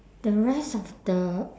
the rest of the